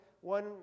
one